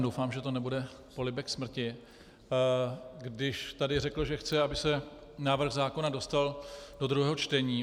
Doufám, že to nebude polibek smrti, když tady řekl, že chce, aby se návrh zákona dostal do druhého čtení.